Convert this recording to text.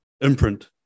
imprint